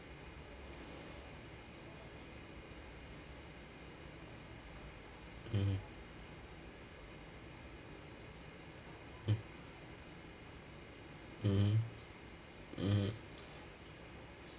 mmhmm mm mmhmm mmhmm